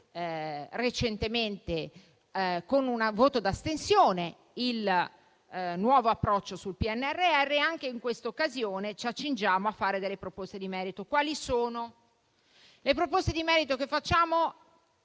recentemente con un voto di astensione il nuovo approccio sul PNRR e anche in questa occasione ci accingiamo a fare delle proposte di merito. Le proposte di merito che facciamo